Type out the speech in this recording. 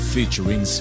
Featuring